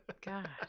god